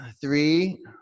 Three